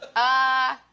ah,